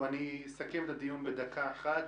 אני אסכם את הדיון בדקה אחת.